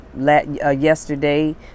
yesterday